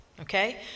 okay